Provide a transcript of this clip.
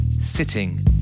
Sitting